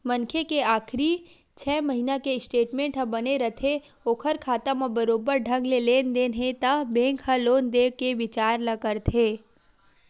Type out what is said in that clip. मनखे के आखरी छै महिना के स्टेटमेंट ह बने रथे ओखर खाता म बरोबर ढंग ले लेन देन हे त बेंक ह लोन देय के बिचार ल करथे